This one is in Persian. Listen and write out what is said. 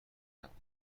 نبود